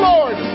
Lord